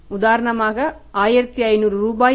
உதாரணமாக 1500 ரூபாய் வரி